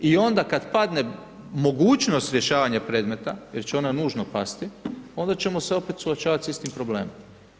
I onda kad padne mogućnost rješavanja predmeta jer će ona nužno pasti, onda ćemo se opet suočavati s istim problemom.